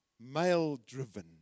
male-driven